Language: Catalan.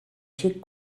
xic